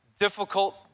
difficult